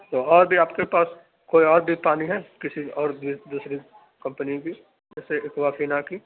تو اور بھی آپ کے پاس کوئی اور بھی پانی ہے کسی اور بھی دوسری کمپنی کی جیسے ایقوافینا کی